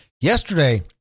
Yesterday